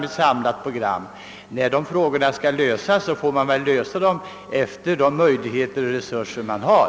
När problemen skall lösas får det givetvis ske med hänsyn till föreliggande möjligheter och resurser.